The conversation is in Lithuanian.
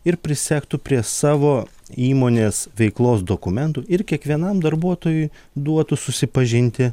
ir prisegtų prie savo įmonės veiklos dokumentų ir kiekvienam darbuotojui duotų susipažinti